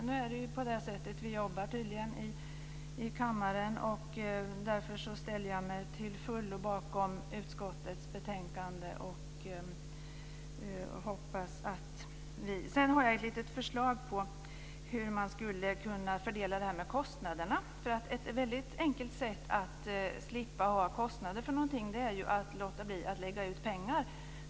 Nu arbetar vi på det här sättet i kammaren, och jag ställer mig till fullo bakom utskottets förslag. Jag har ett litet förslag till hur man skulle kunna fördela kostnaderna. Ett väldigt enkelt sätt att undvika kostnader är ju att inte lägga ut pengar.